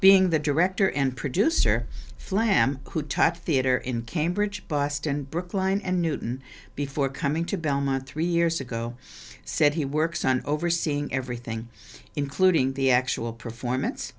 being the director and producer flamm who touched theatre in cambridge boston brookline and newton before coming to belmont three years ago said he works on overseeing everything including the actual performance